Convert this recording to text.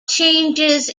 changes